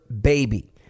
baby